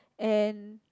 and